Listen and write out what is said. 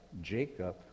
Jacob